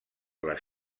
les